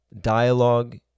dialogue